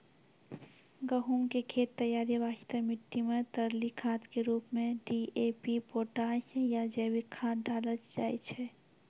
गहूम के खेत तैयारी वास्ते मिट्टी मे तरली खाद के रूप मे डी.ए.पी पोटास या जैविक खाद डालल जाय छै